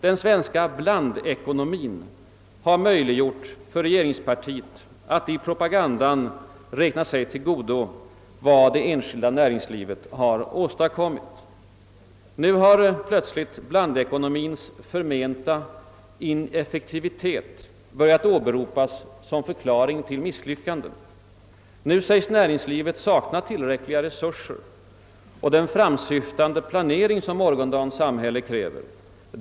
Den svenska »blandekonomien» har möjliggjort för regeringspartiet att i propagandan räkna sig till godo vad det enskilda näringslivet har åstadkommit. Nu har blandekonomiens förmenta ineffektivitet plötsligt börjat åberopas som förklaring till misslyckandena, och nu sägs näringslivet sakna tillräckliga resurser och sakna den framåtsyftande planering som morgondagens samhälle kräver.